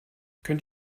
könnt